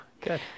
good